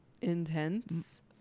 intense